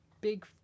big